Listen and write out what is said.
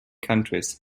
countries